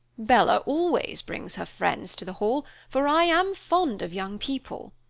bella always brings her friends to the hall, for i am fond of young people.